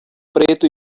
preto